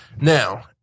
Now